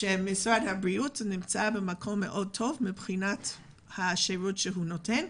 ומשרד הבריאות נמצא במקום מאוד טוב מבחינת השירות שהוא נותן,